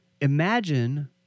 Imagine